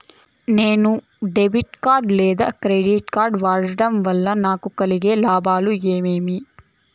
నేను debit card లేదా credit card వాడడం వల్ల నాకు కలిగే లాభాలు ఏమేమీ?